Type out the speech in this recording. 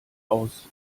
aus